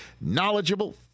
knowledgeable